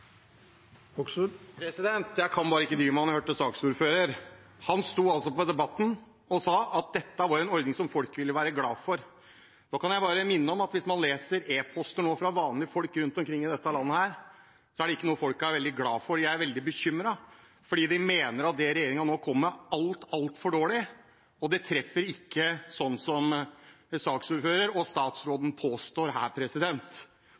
Jeg kan bare ikke dy meg etter å ha hørt saksordføreren. Han sto altså i Debatten og sa at dette var en ordning som folk ville være glad for. Nå kan jeg minne om – hvis man leser e-poster fra vanlige folk rundt omkring i dette landet – at dette ikke er noe folk er veldig glad for. Jeg er veldig bekymret. Man mener at det regjeringen nå kommer med, er altfor dårlig, det treffer ikke sånn som saksordføreren og statsråden påstår her.